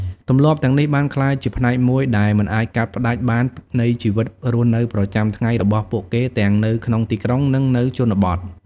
ទម្លាប់ទាំងនេះបានក្លាយជាផ្នែកមួយដែលមិនអាចកាត់ផ្តាច់បាននៃជីវិតរស់នៅប្រចាំថ្ងៃរបស់ពួកគេទាំងនៅក្នុងទីក្រុង និងនៅជនបទ។